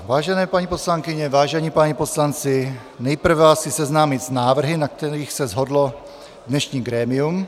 Vážené paní poslankyně, vážení páni poslanci, nejprve vás chci seznámit s návrhy, na kterých se shodlo dnešní grémium.